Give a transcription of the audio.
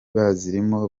bazirimo